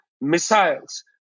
missiles